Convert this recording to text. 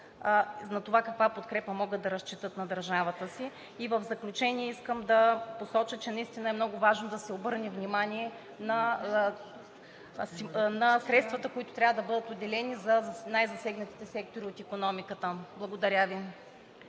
на това каква подкрепа могат да разчитат от държавата си. И в заключение искам да посоча, че наистина е много важно да се обърне внимание на средствата, които трябва да бъдат отделени за най-засегнатите сектори от икономиката. Благодаря Ви.